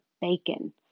bacon